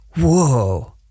Whoa